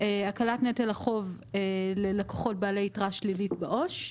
הקלת נטל החוב ללקוחות בעלי יתרה שלילית בעו"ש,